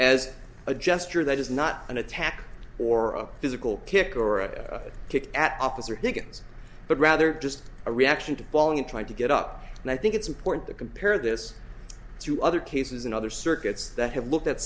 as a gesture that is not an attack or a physical kicker or a kick at officer higgins but rather just a reaction to falling trying to get up and i think it's important to compare this to other cases in other circuits that have looked at